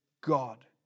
God